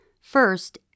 First